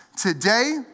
Today